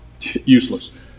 useless